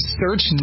search